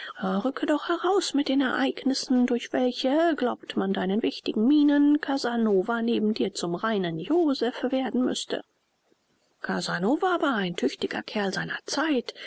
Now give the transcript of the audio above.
rücke doch heraus mit den ereignissen durch welche glaubt man deinen wichtigen mienen casanova neben dir zum reinen joseph werden müßte casanova war ein tüchtiger kerl seiner zeit